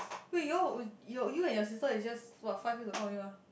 wait you all you and your sister is just about five years apart only mah